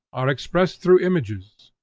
are expressed through images.